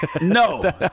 No